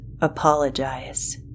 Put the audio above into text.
apologize